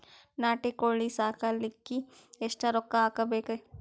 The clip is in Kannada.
ನಾಟಿ ಕೋಳೀ ಸಾಕಲಿಕ್ಕಿ ಎಷ್ಟ ರೊಕ್ಕ ಹಾಕಬೇಕ್ರಿ?